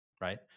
right